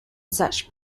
such